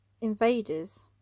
invaders